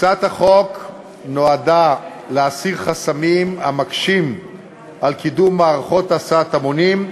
הצעת החוק נועדה להסיר חסמים המקשים את קידום מערכות הסעת המונים,